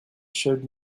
showed